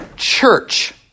Church